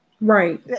right